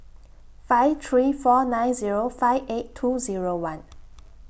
five three four nine Zero five eight two Zero one